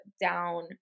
down